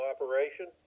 operation